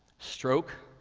stroke,